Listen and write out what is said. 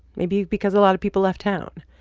maybe because a lot of people left town